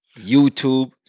YouTube